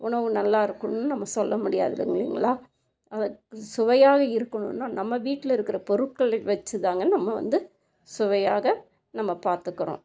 உணவு நல்லா இருக்கும்னு நம்ம சொல்ல முடியாது இல்லைங்களா அது சுவையாக இருக்கணும்னா நம்ம வீட்டில் இருக்கிற பொருட்களை வச்சு தாங்க நம்ம வந்து சுவையாக நம்ம பார்த்துக்குறோம்